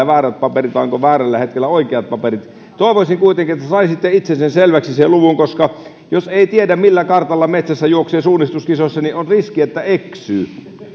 väärät paperit vai onko väärällä hetkellä oikeat paperit toivoisin kuitenkin että saisitte itsellenne selväksi sen luvun koska jos ei tiedä millä kartalla metsässä juoksee suunnistuskisoissa niin on riski että eksyy